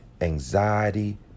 anxiety